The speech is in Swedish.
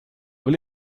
vill